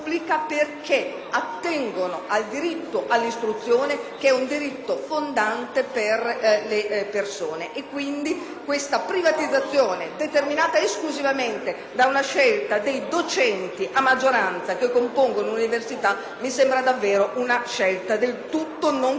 attengono al diritto all'istruzione che è un diritto fondante per le persone. Questa privatizzazione, quindi, determinata esclusivamente da una scelta dei docenti a maggioranza che compongono l'università, mi sembra davvero non condivisibile.